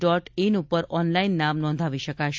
dot in ઉપર online નામ નોંધાવી શકાશે